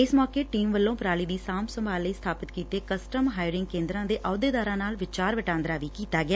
ਇਸ ਮੌਕੇ ਟੀਮ ਵੱਲੋਂ ਪਰਾਲੀ ਦੀ ਸਾਂਭ ਸੰਭਾਲ ਲਈ ਸਬਾਪਤ ਕੀਤੇ ਕਸਟਮ ਹਾਇਰਿੰਗ ਕੇਦਰਾਂ ਦੇ ਅਹੁਦੇਦਾਰਾਂ ਨਾਲ ਵਿਚਾਰ ਵਟਾਦਰਾਂ ਵੀ ਕੀਤਾ ਗਿਆ